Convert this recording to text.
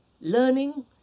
Learning